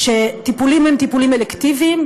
שהטיפולים הם טיפולים אלקטיביים,